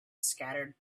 scattered